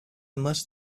unless